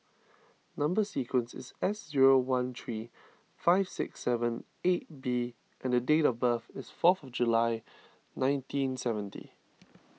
Number Sequence is S zero one three five six seven eight B and date of birth is fourth July nineteen seventy